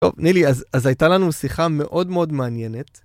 טוב, נילי, אז הייתה לנו שיחה מאוד מאוד מעניינת.